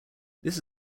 this